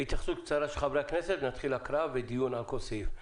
התייחסות קצרה של חברי הכנסת ונתחיל הקראה ודיון על כל סעיף.